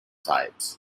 types